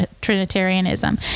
Trinitarianism